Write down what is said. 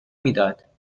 میداد